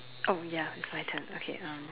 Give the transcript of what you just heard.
oh ya it's my turn okay um